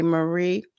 Marie